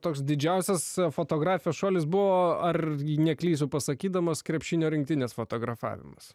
toks didžiausias fotografijos šuolis buvo ar neklysiu pasakydamas krepšinio rinktinės fotografavimas